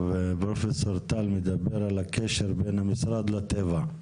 טוב, פרופ' טל מדבר על הקשר בין המשרד לטבע.